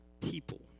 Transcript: people